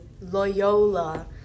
Loyola